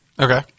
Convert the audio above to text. Okay